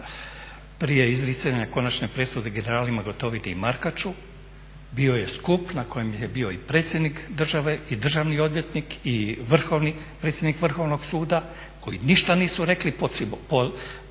prije izricanja konačne presude generalima Gotovini i Markaču bio je skup na kojem je bio i predsjednik države i državni odvjetnik i predsjednik Vrhovnog suda koji ništa nisu rekli.